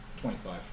Twenty-five